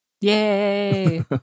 Yay